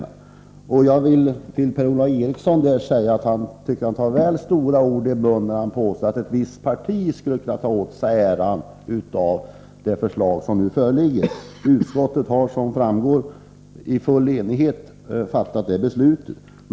Jag vill i det sammanhanget säga till Per-Ola Eriksson att jag tycker att han tar väl stora ord i munnen när han påstår att ett visst parti skulle kunna ta åt sig äran av det förslag som nu föreligger. Som framgår av betänkandet har utskottet i full enighet fattat det här beslutet.